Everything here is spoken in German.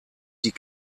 die